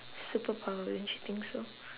superpower don't you think so